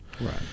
Right